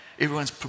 Everyone's